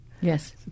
Yes